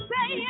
Say